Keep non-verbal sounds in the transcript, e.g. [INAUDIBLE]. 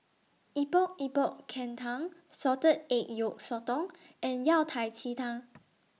Epok Epok Kentang Salted Egg Yolk Sotong and Yao [UNINTELLIGIBLE] Tang